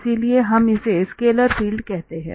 इसलिए हम इसे स्केलर फील्ड कहते हैं